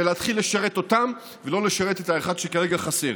ולהתחיל לשרת אותם ולא לשרת את האחד שכרגע חסר.